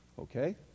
Okay